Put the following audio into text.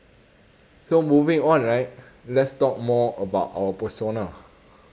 so moving on right let's talk more about our persona